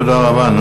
תודה רבה.